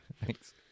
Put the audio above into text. Thanks